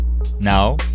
Now